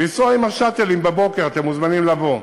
לנסוע עם ה"שאטלים" בבוקר, ואתם מוזמנים לבוא,